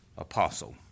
Apostle